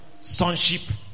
sonship